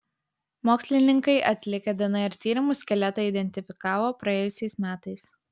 mokslininkai atlikę dnr tyrimus skeletą identifikavo praėjusiais metais